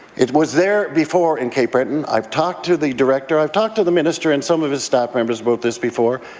it was there before, in cape breton. i've talked to the director. i've talked to the minister and some of his staff members about this before.